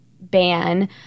ban